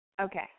Okay